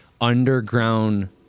underground